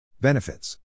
Benefits